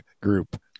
group